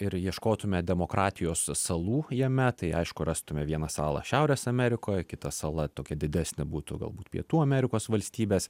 ir ieškotume demokratijos salų jame tai aišku rastume vieną salą šiaurės amerikoje kita sala tokia didesnė būtų galbūt pietų amerikos valstybės